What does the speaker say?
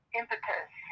impetus